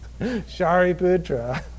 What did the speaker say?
Shariputra